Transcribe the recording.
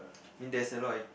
I mean there's alot